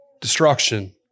destruction